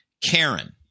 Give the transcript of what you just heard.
Karen